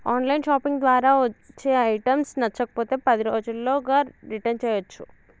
on line shopping ద్వారా వచ్చే items నచ్చకపోతే పది రోజుల్లోగా రిటర్న్ చేయ్యచ్చు